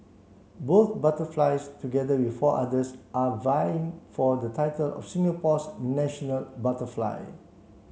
both butterflies together with four others are vying for the title of Singapore's national butterfly